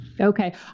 Okay